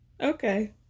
Okay